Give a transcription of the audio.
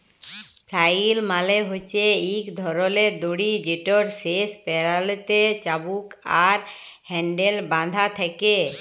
flail মালে হছে ইক ধরলের দড়ি যেটর শেষ প্যারালতে চাবুক আর হ্যাল্ডেল বাঁধা থ্যাকে